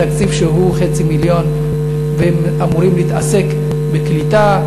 בתקציב שהוא חצי מיליון הם אמורים לעסוק בקליטה,